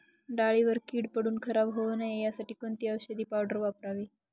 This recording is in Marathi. डाळीवर कीड पडून खराब होऊ नये यासाठी कोणती औषधी पावडर वापरावी?